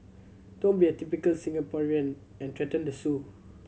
don't be a typical Singaporean and threaten to sue